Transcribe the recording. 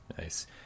Nice